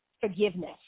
forgiveness